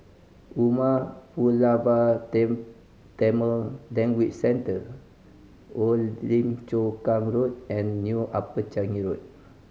Umar Pulavar Tam Tamil Language Centre Old Lim Chu Kang Road and New Upper Changi Road